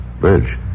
Bridge